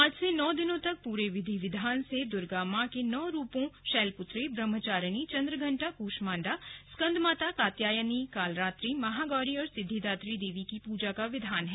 आज से नौ दिनों तक पूरे विधि विधान से दुर्गा मां के नौ रूपों शैलपुत्री ब्रह्मचारिणी चंद्रघंटा कूष्मांडा स्कंदमाता कात्यायनी कालरात्रि महागौरी और सिद्धिदात्री देवी की पूजा का विधान है